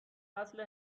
نسل